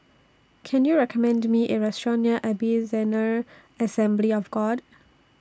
Can YOU recommend Me A Restaurant near Ebenezer Assembly of God